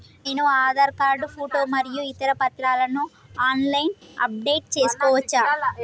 నేను Aadhaar card photo మరియు ఇతర పత్రాలను ఆన్ లైన్ అప్ డెట్ చేసుకోవచ్చా?